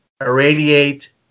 irradiate